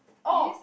orh